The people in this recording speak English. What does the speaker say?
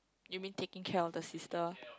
you mean taking care of the sister